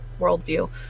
worldview